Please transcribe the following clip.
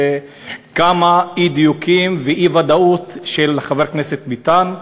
כמה אי-דיוקים ואי-ודאות של חבר הכנסת ביטן.